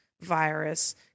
virus